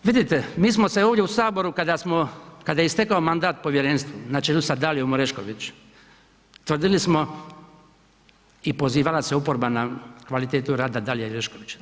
Vidite, mi smo se ovdje u Saboru kada smo, kada je istekao mandat povjerenstvu na čelu sa Dalijom Orešković tvrdili smo i pozivala se oporba na kvalitetu rada Dalije Orešković.